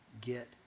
get